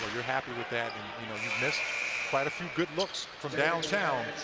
you're happy with that. and you know you've missed quite a few good looks from downtown.